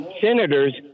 senators